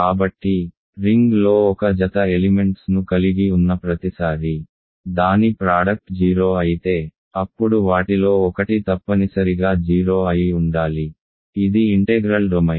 కాబట్టి రింగ్ లో ఒక జత ఎలిమెంట్స్ ను కలిగి ఉన్న ప్రతిసారీ దాని ప్రాడక్ట్ 0 అయితే అప్పుడు వాటిలో ఒకటి తప్పనిసరిగా 0 అయి ఉండాలి ఇది ఇంటెగ్రల్ డొమైన్